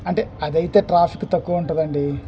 అంటే అది అయితే కాస్ట్ తక్కువ ఉంటదండి